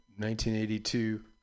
1982